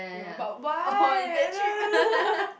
no but why I don't know